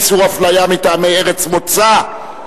איסור אפליה מטעמי ארץ מוצא),